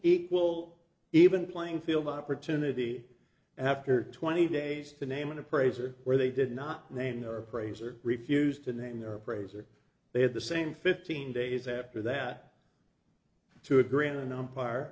equal even playing field opportunity after twenty days to name an appraiser where they did not name their appraiser refused to name their appraiser they had the same fifteen days after that to agree and on